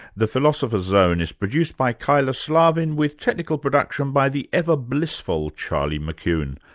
the philosopher's zone is produced by kyla slaven, with technical production by the ever-blissful charlie mccune.